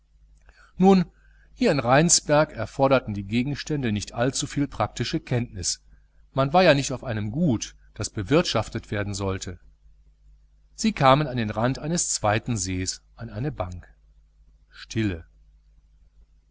nun hier in rheinsberg erforderten die gegenstände nicht allzuviel praktische kenntnis man war ja nicht auf einem gut das bewirtschaftet werden sollte sie kamen an den rand eines zweiten sees an eine bank stille